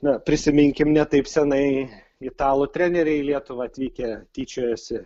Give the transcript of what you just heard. na prisiminkim ne taip senai italų treneriai į lietuvą atvykę tyčiojosi